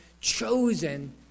chosen